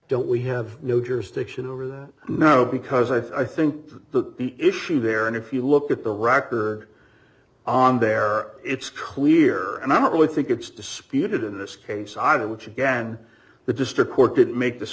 don't we have no jurisdiction over that now because i think the issue there and if you look at the rocker on there it's clear and i don't really think it's disputed in this case i did which again the district court could make this